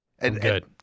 good